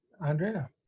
Andrea